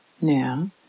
now